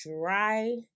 dry